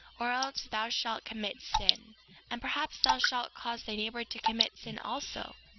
or else thou shalt commit sin and perhaps thou shalt cause thy neighbor to commit sin also.